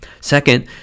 Second